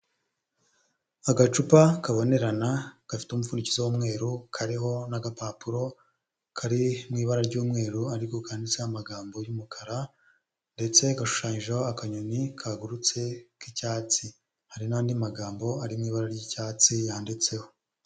Agacupa kabonerana gafite umufundikizo w'umweru, kariho n'agapapuro kari mu ibara ry'umweru, ariko kanditseho amagambo y'umukara, ndetse gashushanyijeho akanyoni kagurutse k'icyatsi, hari n'andi magambo arimo ibara ry'icyatsi yanditseho.